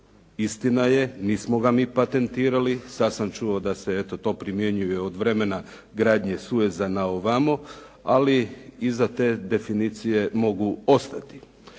Istina je, nismo ga mi patentirali. Sad sam čuo da se eto to primjenjuje od vremena gradnje Sueza na ovamo, ali iza te definicije mogu ostati.